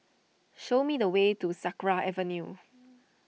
show me the way to Sakra Avenue